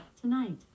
tonight